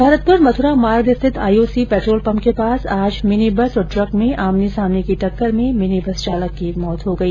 भरतपुर मथुरा मार्ग स्थित IOC petrol pump के पास आज मिनी बस और ट्रक में आमने सामने की टक्कर में मिनी बस चालक की मौत हो गई